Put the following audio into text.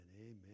Amen